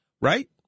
right